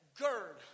gird